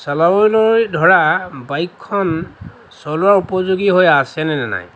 চলাবলৈ ধৰা বাইকখন চলোৱাৰ উপযোগী হৈ আছেনে নে নাই